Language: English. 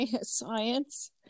science